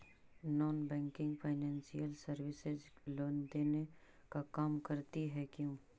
Non banking financial services loan देने का काम करती है क्यू?